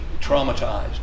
traumatized